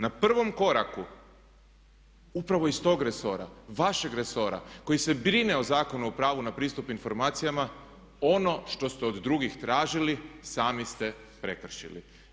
Na prvom koraku upravo iz tog resora, vašeg resora koji se brine o Zakonu o pravu na pristup informacijama, ono što ste od drugih tražili sami ste prekršili.